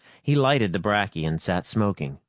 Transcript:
he lighted the bracky and sat smoking,